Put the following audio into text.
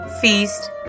feast